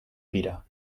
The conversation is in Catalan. pira